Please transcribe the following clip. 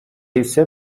ise